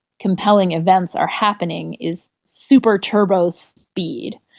compelling events are happening is super-turbo speed.